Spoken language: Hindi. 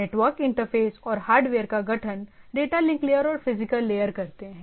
नेटवर्क इंटरफेस और हार्डवेयर का गठन डेटा लिंक लेयर और फिजिकल लेयर करते हैं